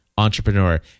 entrepreneur